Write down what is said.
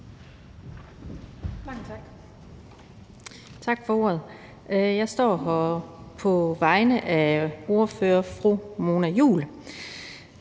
Tak for ordet. Jeg står her på vegne af vores ordfører, fru Mona Juul.